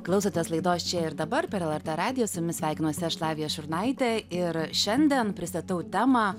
klausotės laidos čia ir dabar per lrt radiją su jumis sveikinuosi aš lavija šurnaitė ir šiandien pristatau temą